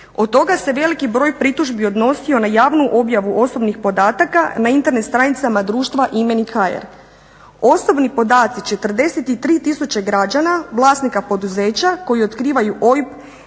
Od toga se veliki broj pritužbi odnosio na javnu objavu osobnih podataka na internet stranicama društva imenik.hr. Osobni podaci 43000 građana vlasnika poduzeća koji otkrivaju OIB,